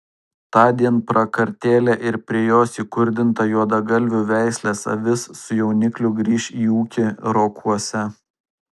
tądien prakartėlė ir prie jos įkurdinta juodagalvių veislės avis su jaunikliu grįš į ūkį rokuose